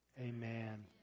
Amen